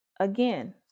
Again